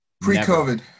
Pre-COVID